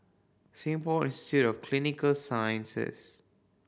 Singapore Institute of Clinical Sciences